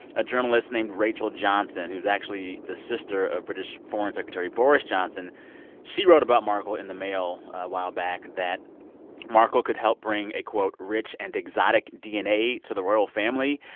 a journalist named rachel johnson, who's actually the sister of british foreign secretary boris johnson she wrote about markle in the mail a while back that markle could help bring a, quote, rich and exotic dna to the royal family.